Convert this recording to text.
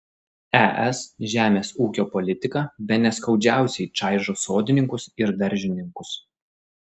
es žemės ūkio politika bene skaudžiausiai čaižo sodininkus ir daržininkus